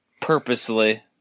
Purposely